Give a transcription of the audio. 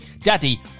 daddy